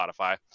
Spotify